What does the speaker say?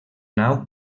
nau